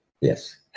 Yes